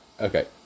Okay